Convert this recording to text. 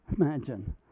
Imagine